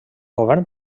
govern